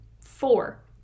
Four